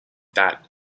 that